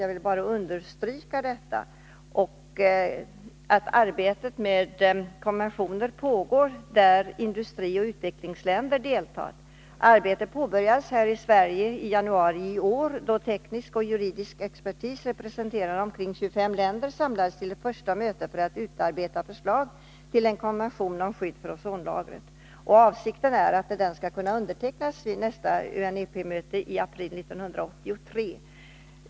Jag vill bara understryka att arbete med konventioner pågår, i vilket både industrioch utvecklingsländer deltar. Arbetet påbörjades här i Sverige i januari i år, då teknisk och juridisk expertis, representerande omkring 25 länder, samlades till ett första möte för att utarbeta ett förslag till en konvention om skydd för ozonlagret. Avsikten är att den konventionen skall kunna undertecknas vid nästa UNEP-möte i april 1983.